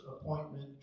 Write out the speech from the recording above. appointment